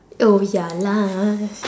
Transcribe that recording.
oh ya lah